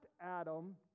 Adam